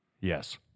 Yes